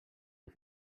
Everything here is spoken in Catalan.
els